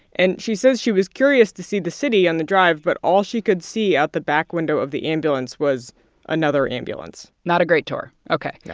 and she says she was curious to see the city on the drive, but all she could see out the back window of the ambulance was another ambulance not a great tour no ok. yeah